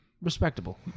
respectable